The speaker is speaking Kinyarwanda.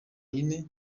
yine